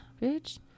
Bitch